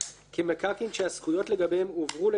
כמקרקעין שהזכויות לגביהם הועברו להסתדרות